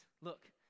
Look